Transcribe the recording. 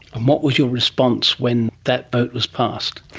and what was your response when that vote was passed?